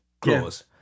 clause